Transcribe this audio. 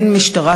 אין משטרה,